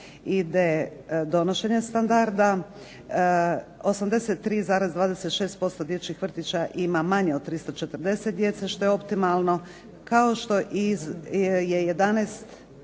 ide donošenjem standarda. 83,26% dječjih vrtića ima manje od 340 djece što je optimalno, kao što je 11,21